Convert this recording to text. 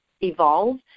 evolve